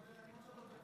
יש לי בקשה, אם אתה יכול,